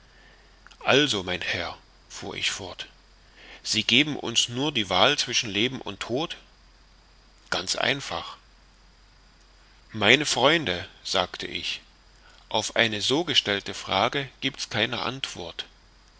also mein herr fuhr ich fort sie geben uns nur die wahl zwischen leben und tod ganz einfach meine freunde sagte ich auf eine so gestellte frage giebt's keine antwort